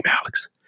Alex